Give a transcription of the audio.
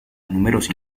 numerosi